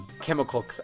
chemical